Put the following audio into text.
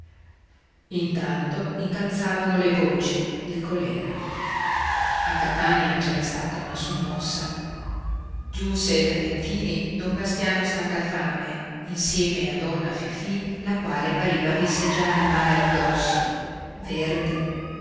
andarono intanto incalzavano le voci di colèra a catania c'era stata una sommossa giunse da lentini don bastiano stangafame insieme a donna fifì la quale pareva avesse già il male addosso verde